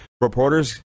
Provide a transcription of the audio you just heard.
reporters